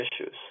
issues